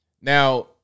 Now